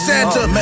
Santa